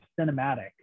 cinematic